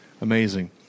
Amazing